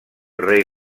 rei